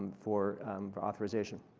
for for authorization.